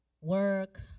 work